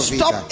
stop